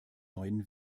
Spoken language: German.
neuen